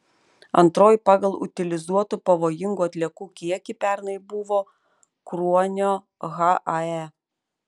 antroji pagal utilizuotų pavojingų atliekų kiekį pernai buvo kruonio hae